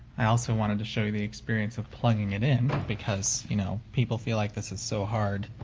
i also wanted to show you the experience of plugging it in. because, you know, people feel like this is so hard.